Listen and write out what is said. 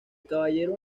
caballero